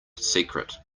secret